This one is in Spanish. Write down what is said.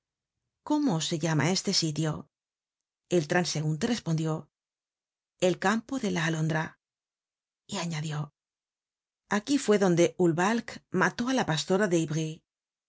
cómo se llama este sitio el transeunte respondió el campo de la alondra y añadió aquí fue donde ulbalk mató á la pastora de